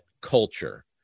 culture